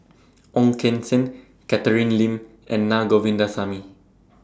Ong Keng Sen Catherine Lim and Naa Govindasamy